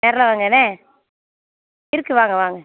நேரில் வாங்க என்ன இருக்குது வாங்க வாங்க